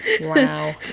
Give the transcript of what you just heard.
wow